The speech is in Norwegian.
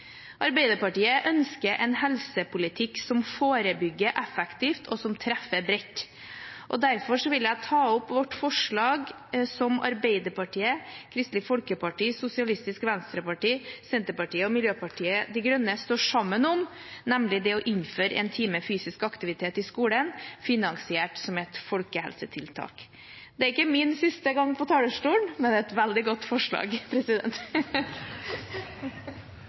Arbeiderpartiet ønsker en helsepolitikk som forebygger effektivt, og som treffer bredt. Derfor vil jeg ta opp vårt forslag, som Arbeiderpartiet, Kristelig Folkeparti og Senterpartiet, med støtte fra Sosialistisk Venstreparti og Miljøpartiet De Grønne, står sammen om, nemlig å innføre en time fysisk aktivitet i skolen, finansiert som et folkehelsetiltak. Det er ikke min siste gang på talerstolen, men det er et veldig godt forslag!